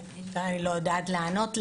אני לא יודעת לענות לך,